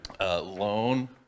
loan